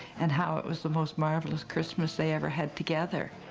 and how it was the most marvelous christmas they every had together.